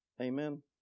Amen